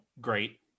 great